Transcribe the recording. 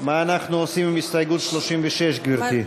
מה אנחנו עושים עם הסתייגות 36, גברתי?